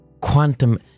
quantum